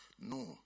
no